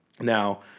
Now